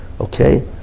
Okay